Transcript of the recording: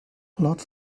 lots